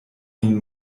min